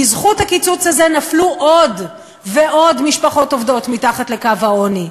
בזכות הקיצוץ הזה נפלו עוד ועוד משפחות עובדות מתחת לקו העוני.